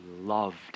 loved